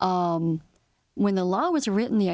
when the law was written the